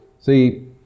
See